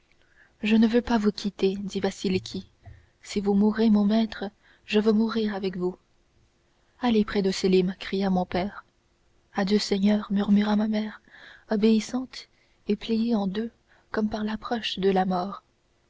je ne veux pas vous quitter dit vasiliki si vous mourez mon maître je veux mourir avec vous allez près de sélim cria mon père adieu seigneur murmura ma mère obéissante et pliée en deux comme par l'approche de la mort